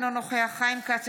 אינו נוכח חיים כץ,